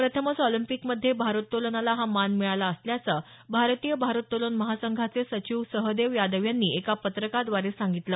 प्रथमच ऑलिम्पिकमध्ये भारोत्तोलनाला हा मान मिळाला असल्याचं भारतीय भारोत्तोलन महासंघाचे सचिव सहदेव यादव यांनी एका पत्रकाद्वारे सांगितलं